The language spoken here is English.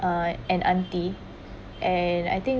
uh an auntie and I think